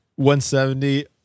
170